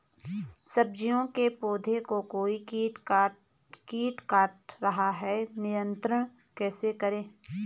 सब्जियों के पौधें को कोई कीट काट रहा है नियंत्रण कैसे करें?